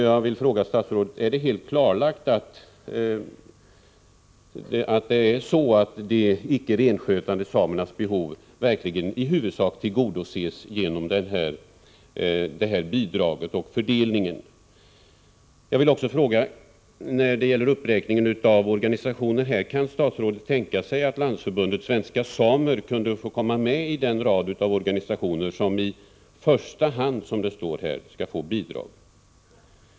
Jag vill fråga statsrådet: Är det helt klarlagt att de icke renskötande samernas behov verkligen i huvudsak tillgodoses genom fördelningen av detta bidrag? När det gäller uppräkningen av organisationer vill jag fråga: Kan statsrådet tänka sig att Landsförbundet Svenska Samer får komma med i den rad av organisationer som i första hand, som det står, skall få bidrag?